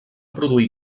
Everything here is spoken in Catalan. produir